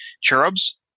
cherubs